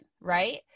right